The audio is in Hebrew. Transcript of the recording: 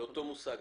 על אותו מושג,